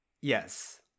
Yes